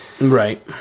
Right